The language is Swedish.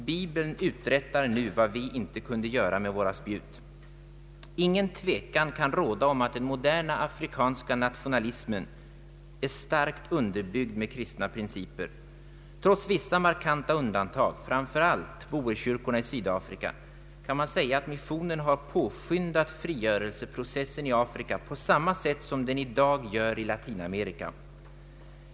Bibeln uträttar nu vad vi inte kunde göra med våra spjut.” Ingen tvekan kan råda om att den moderna afrikanska nationalismen är starkt underbyggd med kristna principer. Trots vissa markanta undantag — framför allt boerkyrkorna i Sydafrika — kan man säga att missionen påskyndat frigörelseprocessen i Afrika på samma sätt som den i dag gör i Latinamerika.